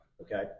okay